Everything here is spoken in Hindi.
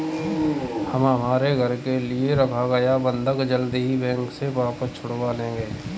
हम हमारे घर के लिए रखा गया बंधक जल्द ही बैंक से वापस छुड़वा लेंगे